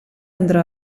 andrò